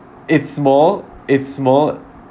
it's small it's small